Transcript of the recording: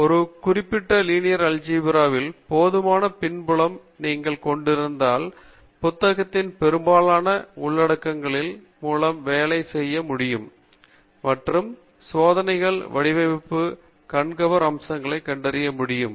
இந்த குறிப்பிட்ட linear algebra ல் போதுமான பின்புலம் நீங்கள் கொண்டிருந்தால் புத்தகத்தின் பெரும்பாலான உள்ளடக்கங்களின் மூலம் வேலை செய்ய முடியும் மற்றும் சோதனைகள் வடிவமைப்பு கண்கவர் அம்சங்கள் கண்டறிய முடுயும்